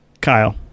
Kyle